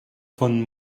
von